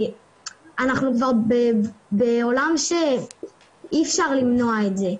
אנחנו כבר בעולם שאי אפשר למנוע את זה.